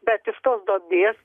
bet iš tos duobės